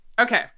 Okay